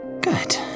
Good